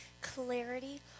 clarity